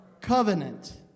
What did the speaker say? Covenant